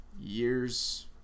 years